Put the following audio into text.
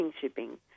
shipping